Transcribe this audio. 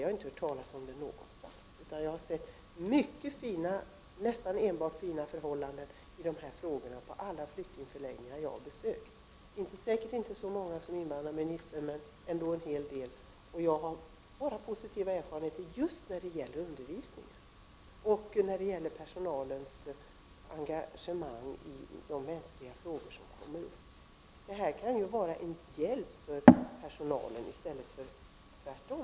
Jag har inte hört talas om det någonstans, utan jag har mött nästan enbart fina förhållanden i dessa frågor på alla flyktingförläggningar jag har besökt — säkert inte så många som invandrarministern men ändå en hel del — och jag har bara positiva erfarenheter just när det gäller undervisningen och när det gäller personalens engagemang i de mänskliga frågor som kommer upp. Att få tala om flyktingfrågor kan ju vara en hjälp också för personalen i stället för tvärtom, som jag ser det.